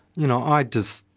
you know, i, just,